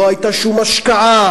לא היתה שום השקעה.